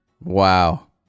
Wow